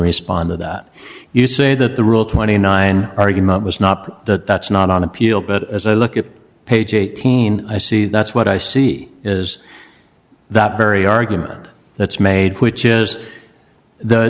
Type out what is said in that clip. respond to that you say that the rule twenty nine argument was not that that's not on appeal but as i look at page eighteen a see that's what i see is that very argument that's made which is the